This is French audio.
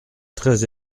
très